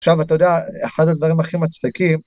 עכשיו אתה יודע אחד הדברים הכי מצחיקים.